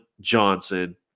Johnson